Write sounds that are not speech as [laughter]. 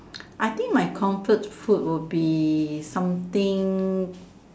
[noise] I think my comfort food will be something